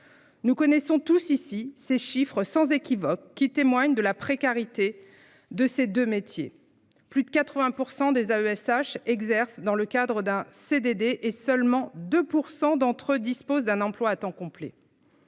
Nous connaissons tous ici ces chiffres sans équivoque qui témoignent de la précarité de ces 2 métiers, plus de 80% des AESH exerce dans le cadre d'un CDD et seulement 2% d'entre eux dispose d'un emploi à temps complet.